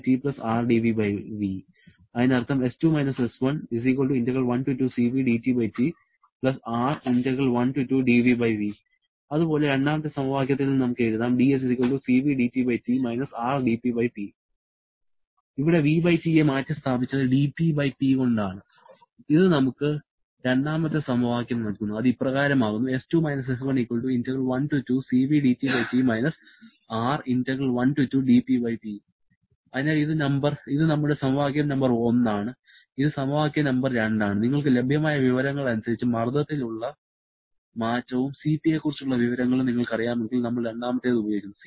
അതിനർത്ഥം അതുപോലെ രണ്ടാമത്തെ സമവാക്യത്തിൽ നിന്ന് നമുക്ക് എഴുതാം ഇവിടെ 'vT' യെ മാറ്റിസ്ഥാപിച്ചത് 'dpP' കൊണ്ട് ആണ് ഇത് നമുക്ക് രണ്ടാമത്തെ സമവാക്യം നൽകുന്നു അത് ഇപ്രകാരമാകുന്നു അതിനാൽ ഇത് നമ്മുടെ സമവാക്യ നമ്പർ 1 ആണ് ഇത് സമവാക്യ നമ്പർ 2 ആണ് നിങ്ങൾക്ക് ലഭ്യമായ വിവരങ്ങൾ അനുസരിച്ച് മർദ്ദത്തിൽ ഉള്ള മാറ്റവും Cp യെക്കുറിച്ചുള്ള വിവരങ്ങളും നിങ്ങൾക്കറിയാമെങ്കിൽ നമ്മൾ രണ്ടാമത്തേത് ഉപയോഗിക്കുന്നു